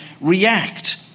react